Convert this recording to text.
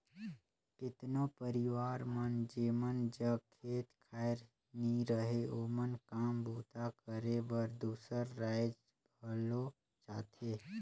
केतनो परिवार मन जेमन जग खेत खाएर नी रहें ओमन काम बूता करे बर दूसर राएज घलो जाथें